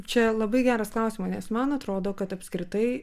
čia labai geras klausimą nes man atrodo kad apskritai